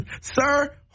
Sir